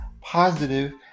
positive